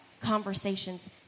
conversations